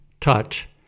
touch